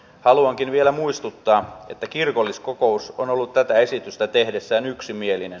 haluankin vielä muistuttaa että kirkolliskokous on ollut tätä esitystä tehdessään yksimielinen